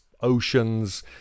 oceans